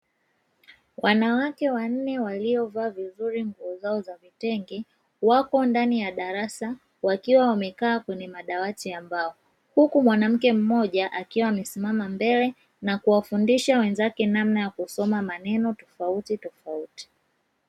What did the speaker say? Wanawake wanne waliovaa vizuri nguo zao za vitenge wako ndani ya darasa, wakiwa wamekaa kwenye madawati ya mbao, huku mwanamke mmoja akiwa amesimama mbele, na kuwafundisha wenzake namna ya kusoma maneno tofauti tofauti.